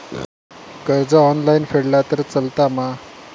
कर्ज ऑनलाइन फेडला तरी चलता मा?